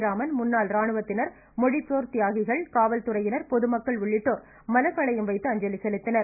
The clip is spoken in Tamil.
ராமன் முன்னாள் ராணுவத்தினர் மொழிப்போர் தியாகிகள் காவல்துறையினர் பொதுமக்கள் உள்ளிட்டோர் மலர்வளையம் வைத்து அஞ்சலி செலுத்தினர்